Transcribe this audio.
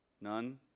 None